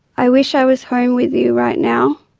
i wish i was home with you right now.